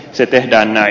se tehdään näin